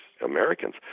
Americans